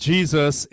Jesus